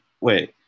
wait